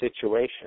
situation